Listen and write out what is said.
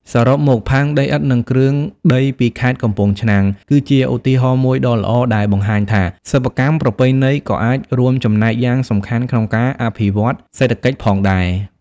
សរុបមក ផើងដីឥដ្ឋ និងគ្រឿងដីពីខេត្តកំពង់ឆ្នាំង គឺជាឧទាហរណ៍មួយដ៏ល្អដែលបង្ហាញថា សិប្បកម្មប្រពៃណីក៏អាចរួមចំណែកយ៉ាងសំខាន់ក្នុងការអភិវឌ្ឍសេដ្ឋកិច្ចផងដែរ។